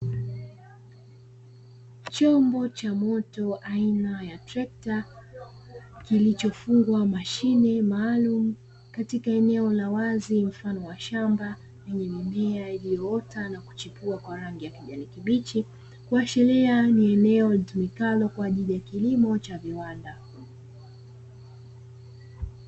Chombo cha moto aina ya trekta kilichofungwa mashine maalumu katika eneo la wazi mfano wa shamba, yenye mimea iliyoota na kuchipua kwa rangi ya kijani kibichi kuashiria ni eneo litumikalo kwa ajili ya kilimo cha viwanda.